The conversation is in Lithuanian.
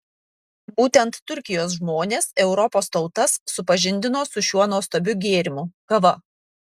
būtent turkijos žmonės europos tautas supažindino su šiuo nuostabiu gėrimu kava